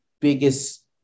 biggest